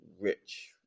rich